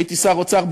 כשהייתי שר האוצר,